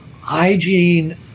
hygiene